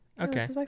okay